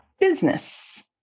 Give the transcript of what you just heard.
business